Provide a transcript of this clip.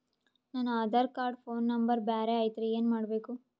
ನನ Aadhaar card phone number ಬ್ಯಾರೆ ಐತ್ರಿ ಏನ ಮಾಡಬೇಕು?